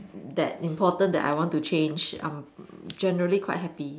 that important that I want to change I am generally quite happy